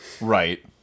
Right